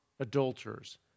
adulterers